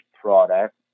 product